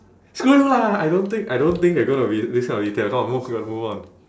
screw you lah I don't think I don't think they gonna be this kind of detail now move we gotta move on